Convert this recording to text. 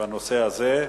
בנושא הזה.